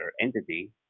entity